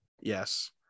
Yes